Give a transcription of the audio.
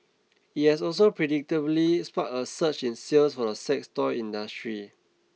it has also predictably sparked a surge in sales for the sex toy industry